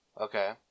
Okay